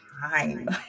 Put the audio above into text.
time